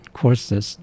courses